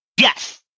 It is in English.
Yes